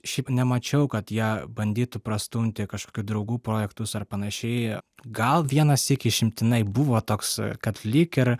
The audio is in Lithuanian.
šiaip nemačiau kad jie bandytų prastumti kažkokių draugų projektus ar panašiai gal vienąsyk išimtinai buvo toks kad lyg ir